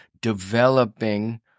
developing